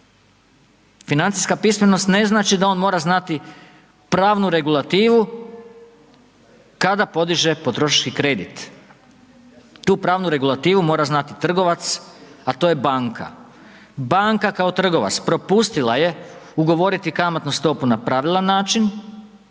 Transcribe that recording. Financijska pismenost ne znači da on mora znati pravnu regulativu kada podiže potrošački kredit. TU pravnu regulativu mora znati trgovac a to je banka. Banka kao trgovac propustila je ugovoriti kamatnu stopu na pravilan način